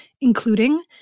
including